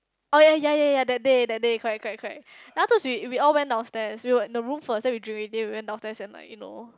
oh ya ya ya ya that day that day correct correct correct then I thought she we all went downstairs we were in the room first then we drink then we went downstairs and like you know